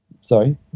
Sorry